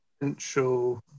potential